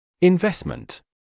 Investment